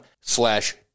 slash